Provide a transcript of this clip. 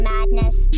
Madness